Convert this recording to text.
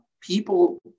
people